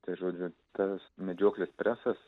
tai žodžiu tas medžioklės presas